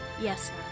Yes